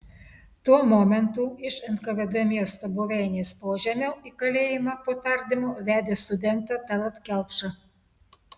tuo momentu iš nkvd miesto buveinės požemio į kalėjimą po tardymo vedė studentą tallat kelpšą